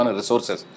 resources